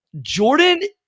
Jordan